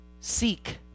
seek